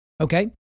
Okay